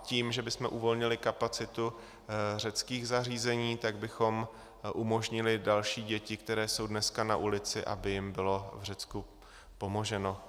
Tím, že bychom uvolnili kapacitu řeckých zařízení, tak bychom umožnili dalším dětem, které jsou dneska na ulici, aby jim bylo v Řecku pomoženo.